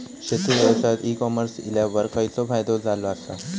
शेती व्यवसायात e commerce इल्यावर खयचो फायदो झालो आसा?